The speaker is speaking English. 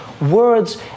Words